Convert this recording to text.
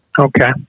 Okay